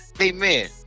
amen